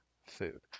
food